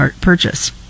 purchase